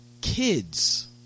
Kids